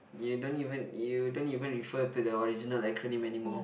you don't even you don't even refer to the original acronym anymore